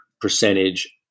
percentage